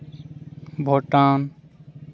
Bhutan